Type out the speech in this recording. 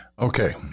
Okay